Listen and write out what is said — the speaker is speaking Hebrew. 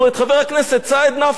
שגם הוא דרש את פסילתי.